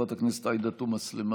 חברת הכנסת עאידה תומא סלימאן,